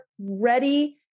ready